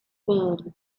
foam